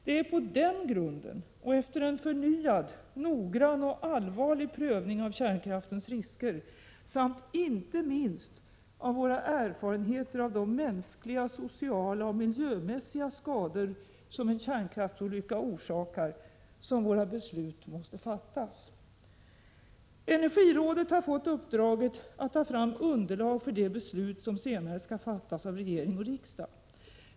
Det är på den grunden och efter en förnyad noggrann och allvarlig prövning av kärnkraftens risker samt inte minst av våra erfarenheter av de mänskliga, sociala och miljömässiga skador som en kärnkraftsolycka orsakar som våra beslut måste fattas. Energirådet har fått i uppdrag att ta fram underlag för det beslut som senare skall fattas av regering och riksdag.